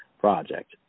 project